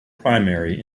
primary